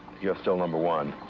you're still number one?